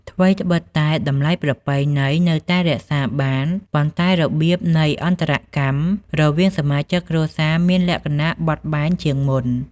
ថ្វីត្បិតតែតម្លៃប្រពៃណីនៅតែរក្សាបាន ប៉ុន្តែរបៀបនៃអន្តរកម្មរវាងសមាជិកគ្រួសារមានលក្ខណៈបត់បែនជាងមុន។